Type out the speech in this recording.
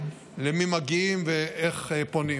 למי מגיעים ואיך פונים.